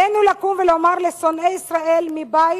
עלינו לקום ולומר לשונאי ישראל מבית: